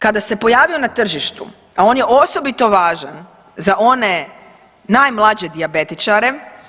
Kada se pojavio na tržištu, a on je osobito važan za one najmlađe dijabetičare.